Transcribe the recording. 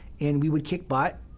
and we would kick butt,